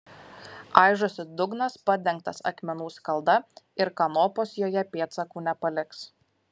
aižosi dugnas padengtas akmenų skalda ir kanopos joje pėdsakų nepaliks